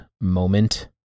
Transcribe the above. moment